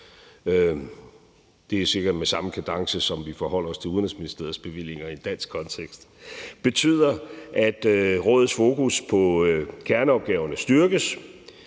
det er cirka med samme kadence, som vi forholder os til Udenrigsministeriets bevillinger i en dansk kontekst – betyder, at rådets fokus på kerneopgaverne styrkes.